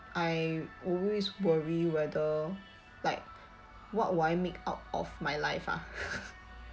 I always worry whether like what will I make out of my life ah